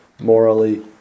morally